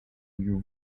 view